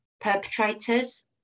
perpetrators